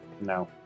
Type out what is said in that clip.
no